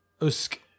Usk